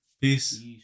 Peace